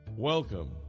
Welcome